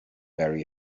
bury